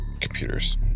computers